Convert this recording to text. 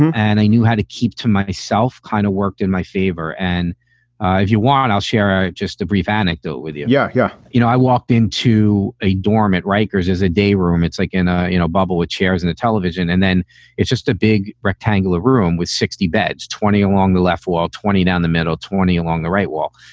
and i knew how to keep to myself, kind of worked in my favor, and if you want, i'll share just a brief anecdote with you. yeah. yeah. you know, i walked in to a dorm at rikers is a day room. it's like in a you know bubble with chairs and a television. and then it's just a big rectangular room with sixty beds, twenty along the left wall, twenty down the middle, twenty along the right wall,